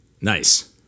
Nice